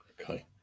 okay